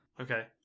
Okay